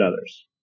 others